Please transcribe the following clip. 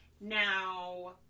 Now